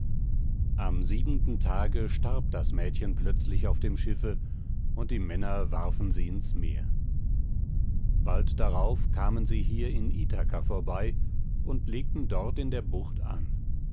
am siebenten tage starb das mädchen plötzlich auf dem schiffe und die männer warfen sie ins meer bald darauf kamen sie hier bei ithaka vorbei und legten dort in der bucht an